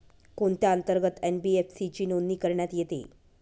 कोणत्या अंतर्गत एन.बी.एफ.सी ची नोंदणी करण्यात येते?